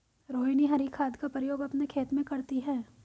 रोहिनी हरी खाद का प्रयोग अपने खेत में करती है